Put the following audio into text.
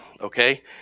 okay